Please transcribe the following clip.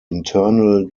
internal